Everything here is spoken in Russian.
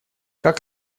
как